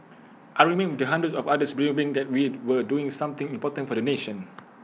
I remained with hundreds of others believing that we were doing something important for the nation